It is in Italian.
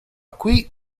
qui